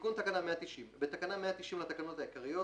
תיקון תקנה 190 בתקנה 190 לתקנות העיקריות,